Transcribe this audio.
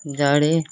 जाड़े